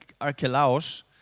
Archelaus